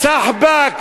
(אומר בערבית.